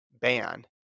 ban